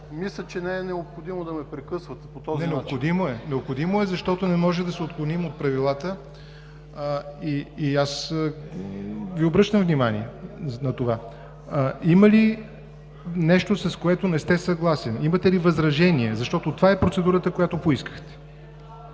мисля, че не е необходимо да ме прекъсвате по този начин. ПРЕДСЕДАТЕЛ ЯВОР НОТЕВ: Не, необходимо е. Необходимо е, защото не може да се отклоним от правилата и аз Ви обръщам внимание на това. Има ли нещо, с което не сте съгласен? Имате ли възражение, защото това е процедурата, която поискахте?